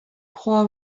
croit